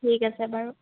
ঠিক আছে বাৰু